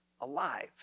alive